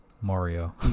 mario